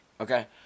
Okay